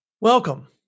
Welcome